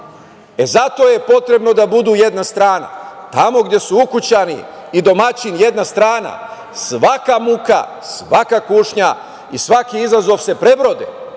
E, zato je potrebno da budu jedna strana. Tamo gde su ukućani i domaćin jedna strana, svaka muka, svaka kušnja i svaki izazov se prebrode.